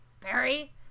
Barry